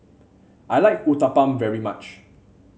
I like Uthapam very much